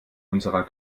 unserer